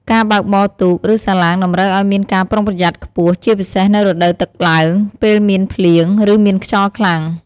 ការបើកបរទូក ឬសាឡាងតម្រូវឲ្យមានការប្រុងប្រយ័ត្នខ្ពស់ ជាពិសេសនៅរដូវទឹកឡើង ពេលមានភ្លៀង ឬមានខ្យល់ខ្លាំង។